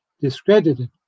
discredited